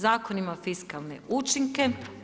Zakon ima fiskalne učinke.